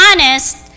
honest